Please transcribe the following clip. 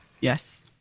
Yes